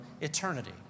eternity